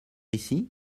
ici